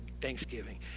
thanksgiving